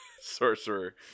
sorcerer